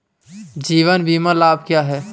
जीवन बीमा लाभ क्या हैं?